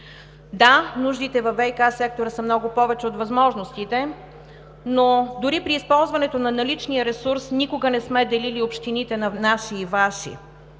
Да, нуждите във ВиК сектора са много повече от възможностите, но дори при използването на наличния ресурс, никога не сме делили общините на „наши“ и „Ваши“.